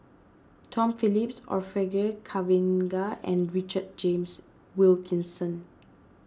Tom Phillips Orfeur Cavenagh and Richard James Wilkinson